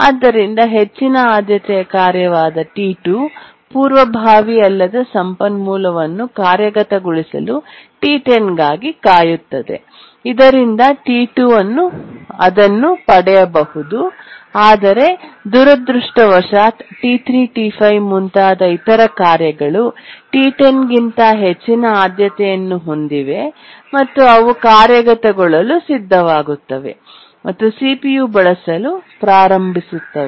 ಆದ್ದರಿಂದ ಹೆಚ್ಚಿನ ಆದ್ಯತೆಯ ಕಾರ್ಯವಾದ T2 ಪೂರ್ವಭಾವಿ ಅಲ್ಲದ ಸಂಪನ್ಮೂಲವನ್ನು ಕಾರ್ಯಗತಗೊಳಿಸಲು T10 ಗಾಗಿ ಕಾಯುತ್ತದೆ ಇದರಿಂದ T2 ಅದನ್ನು ಪಡೆಯಬಹುದು ಆದರೆ ದುರದೃಷ್ಟವಶಾತ್ T3 T5 ಮುಂತಾದ ಇತರ ಕಾರ್ಯಗಳು T10 ಗಿಂತ ಹೆಚ್ಚಿನ ಆದ್ಯತೆಯನ್ನು ಹೊಂದಿವೆ ಮತ್ತು ಅವು ಕಾರ್ಯಗತಗೊಳ್ಳಲು ಸಿದ್ಧವಾಗುತ್ತವೆ ಮತ್ತು ಸಿಪಿಯು ಬಳಸಲು ಪ್ರಾರಂಭವಾಗುತ್ತವೆ